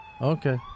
Okay